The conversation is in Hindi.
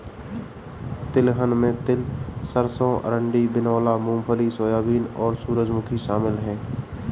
तिलहन में तिल सरसों अरंडी बिनौला मूँगफली सोयाबीन और सूरजमुखी शामिल है